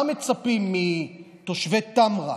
מה מצפים מתושבי טמרה,